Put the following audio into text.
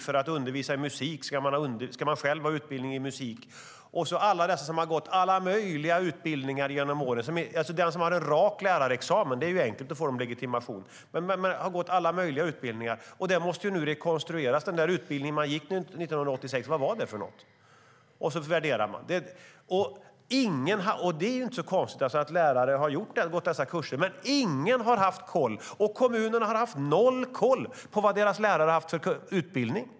För att undervisa i musik ska man själv ha utbildning i musik. Vi har lärare som har gått alla möjliga utbildningar genom åren. För dem som har lärarexamen är det enkelt; de får lärarlegitimation. Men andra har gått alla möjliga utbildningar. När man nu måste rekonstruera den utbildning som de gick 1968 undrar man: Vad var det för något? Så värderar man det. Det är inte så konstigt att lärare har gått dessa kurser, men ingen har haft koll. Kommunerna har haft noll koll på vad deras lärare har haft för utbildning.